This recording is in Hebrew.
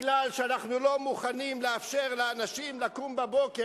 מפני שאנחנו לא מוכנים לאפשר לאנשים לקום בבוקר